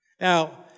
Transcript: Now